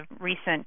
recent